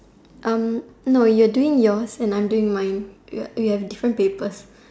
Erm no you are doing yours and I'm doing mine we have we have different papers